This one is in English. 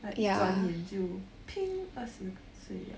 like 一转眼就 二十岁了